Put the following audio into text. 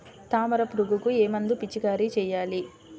తామర పురుగుకు ఏ మందు పిచికారీ చేయాలి?